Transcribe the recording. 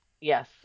Yes